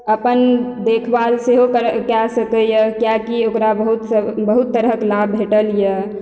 अपन देखभाल सेहो कए सकइए किएक कि ओकरा बहुत सब बहुत तरहक लाभ भेटल यऽ